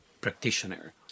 practitioner